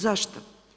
Zašto?